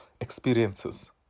experiences